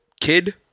kid